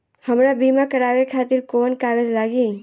हमरा बीमा करावे खातिर कोवन कागज लागी?